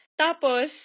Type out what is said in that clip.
Tapos